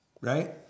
right